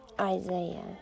Isaiah